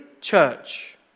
church